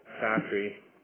factory